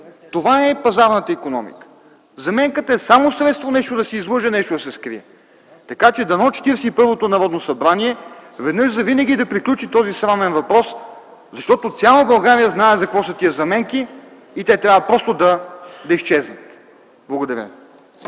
Това е пазарната икономика. Заменката е само средство нещо да се излъже, нещо да се скрие, така че дано Четиридесет и първото Народно събрание веднъж завинаги да приключи с този срамен въпрос, защото цяла България знае за какво са тези заменки. Те трябва просто да изчезнат. Благодаря